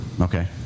Okay